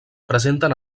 presenten